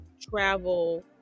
travel